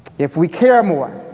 if we care more,